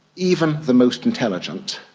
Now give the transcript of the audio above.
even the most intelligent,